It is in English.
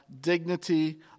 dignity